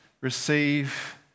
receive